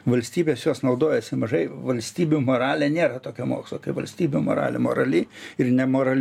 valstybės jos naudojasi mažai valstybių moralė nėra tokio mokslo valstybių moralė moraliai ir nemorali